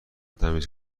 تمیز